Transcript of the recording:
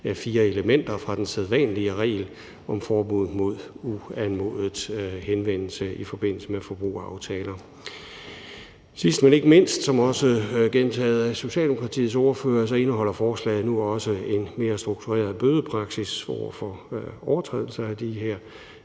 fire elementer fra den sædvanlige regel om forbud mod uanmodet henvendelse i forbindelse med forbrugeraftaler. Sidst, men ikke mindst, som også gentaget af Socialdemokratiets ordfører, indeholder forslaget nu også en mere struktureret bødepraksis i forhold til overtrædelse af de her